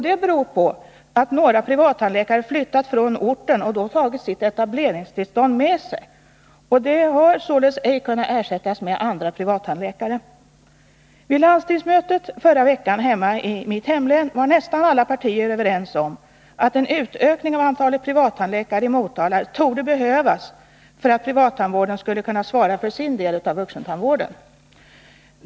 Det beror på att några privattandläkare flyttat från orten och då tagit sina etableringstillstånd med sig. De har således ej kunnat ersättas med andra privattandläkare. Vid landstingsmötet i mitt hemlän i förra veckan var nästan alla partier överens om att en ökning av antalet privattandläkare i Motala torde behövas för att privattandvården skall kunna svara för sin del av vuxentandvården.